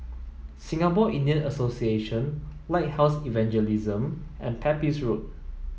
Singapore Indian Association Lighthouse Evangelism and Pepys Road